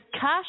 cash